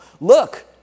look